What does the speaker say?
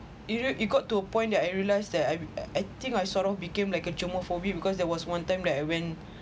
you know you've got to a point that I realise that I think I sort of became like a germophobia because there was one time that I went